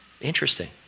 Interesting